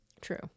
true